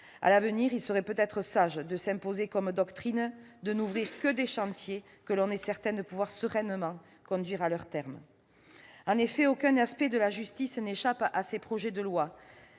À l'avenir, il serait peut-être sage de s'imposer comme doctrine de n'ouvrir que des chantiers que l'on est certain de pouvoir sereinement conduire à leur terme. En effet, aucun aspect de la justice n'échappe à ces projets de loi